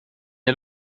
der